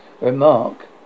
remark